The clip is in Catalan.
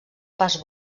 pas